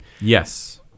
Yes